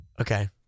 Okay